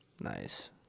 Nice